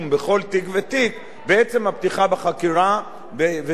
בעצם הפתיחה בחקירה והטיפול המשטרתי בעניין.